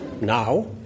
Now